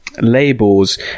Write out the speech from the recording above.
labels